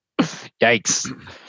Yikes